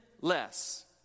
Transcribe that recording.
less